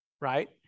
right